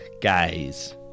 guys